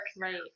right